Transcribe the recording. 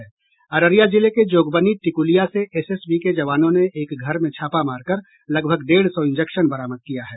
अररिया जिले के जोगबनी टिकुलिया से एसएसबी के जवानों ने एक घर में छापा मार कर लगभग डेढ़ सौ इंजेक्शन बरामद किया है